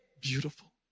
beautiful